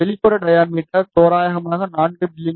வெளிப்புற டையாமீட்டர் தோராயமாக 4 மி